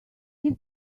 his